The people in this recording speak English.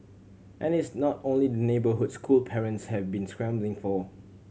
and it's not only the neighbourhood school parents have been scrambling for